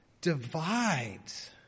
divides